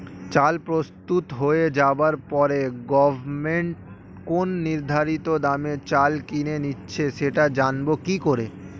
চাল প্রস্তুত হয়ে যাবার পরে গভমেন্ট কোন নির্ধারিত দামে চাল কিনে নিচ্ছে সেটা জানবো কি করে?